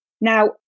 Now